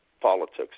politics